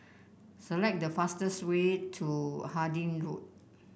select the fastest way to Harding Road